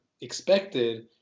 expected